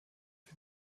für